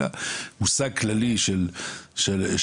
אלא מושג כללי של שירות.